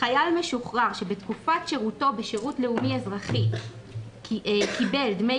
חייל משוחרר שבתקופת שירותו בשירות לאומי אזרחי קיבל דמי